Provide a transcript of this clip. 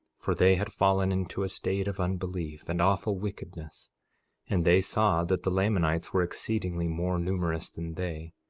for they had fallen into a state of unbelief and awful wickedness and they saw that the lamanites were exceedingly more numerous than they,